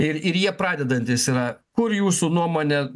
ir ir jie pradedantys yra kur jūsų nuomone